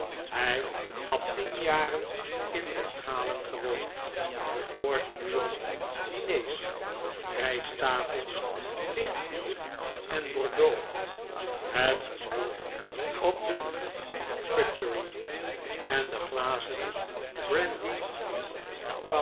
hij had tien jaren in bengalen gewoond voortdurend diners rijsttafels licht bier en bordeaux het gezwoeg op de cutcherry en de glazen